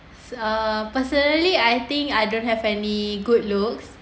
uh personally I think I don't have any good looks